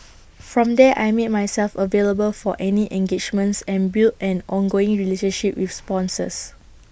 from there I made myself available for any engagements and built an ongoing relationship with sponsors